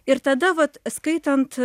ir tada vat skaitant